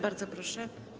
Bardzo proszę.